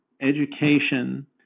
education